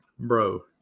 Bro